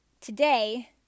today